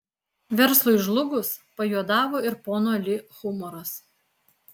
verslui žlugus pajuodavo ir pono li humoras